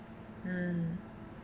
mm